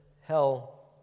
hell